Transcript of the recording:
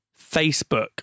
Facebook